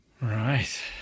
right